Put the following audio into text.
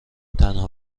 تنها